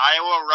Iowa